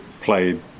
played